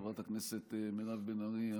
חברת הכנסת מירב בן ארי,